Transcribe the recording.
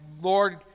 Lord